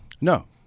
No